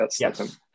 Yes